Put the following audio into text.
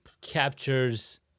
captures